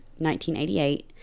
1988